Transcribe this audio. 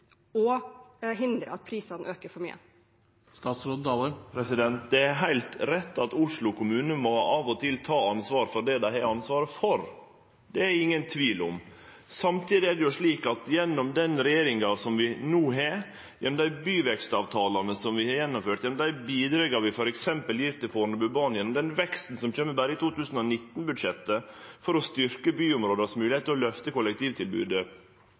og hindre at prisene øker for mye. Det er heilt rett at Oslo kommune av og til må ta ansvar for det dei har ansvaret for. Det er det ingen tvil om. Samtidig er det slik at gjennom den regjeringa vi no har, gjennom dei byvekstavtalene vi har gjennomført, gjennom dei bidraga vi f.eks. gjev til Fornebubanen, gjennom den veksten som kjem berre i 2019-budsjettet for å styrkje byområdas moglegheiter for å lyfte kollektivtilbodet,